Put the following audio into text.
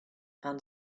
and